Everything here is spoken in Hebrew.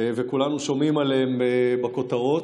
שכולנו שומעים עליהם בכותרות.